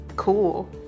cool